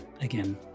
again